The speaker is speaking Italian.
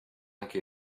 anche